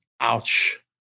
Ouch